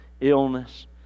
illness